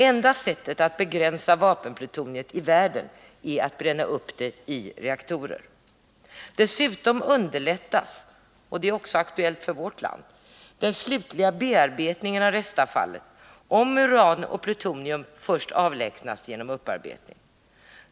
Enda sättet att begränsa vapenplutoniet i världen är att bränna upp det i reaktorer. Dessutom underlättas — vilket också är aktuellt för vårt land — den slutliga bearbetning av restavfallet om uran och plutonium först avlägsnas genom upparbetning.